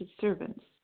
servants